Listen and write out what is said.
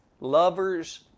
Lovers